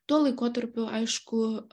tuo laikotarpiu aišku